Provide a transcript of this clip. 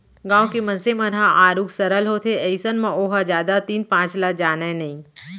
गाँव के मनसे मन ह आरुग सरल होथे अइसन म ओहा जादा तीन पाँच ल जानय नइ